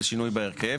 לשינוי בהרכב,